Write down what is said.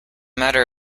matter